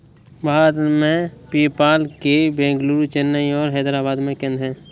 भारत में, पेपाल के बेंगलुरु, चेन्नई और हैदराबाद में केंद्र हैं